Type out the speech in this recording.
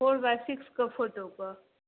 four by six कऽ photo कऽ